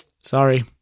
Sorry